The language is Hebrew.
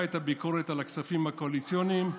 את הביקורת על הכספים הקואליציוניים.